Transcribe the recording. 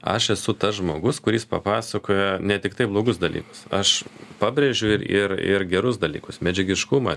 aš esu tas žmogus kuris papasakoja ne tiktai blogus dalykus aš pabrėžiau ir ir ir gerus dalykus medžiagiškumą